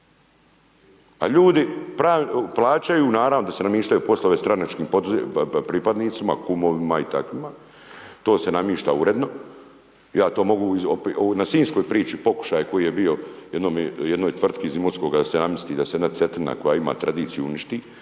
A ljudi, plaćaju, naravno da se namještaju poslovi stranačkim pripadnicima, kumovima i takvima, to se namješta uredno, ja to mogu, na sinjskoj priči, pokušaj koji je bio, jednoj tvrtki iz Imotskog da se namjesti, da se jedna Cetina koja ima tradiciju uništi,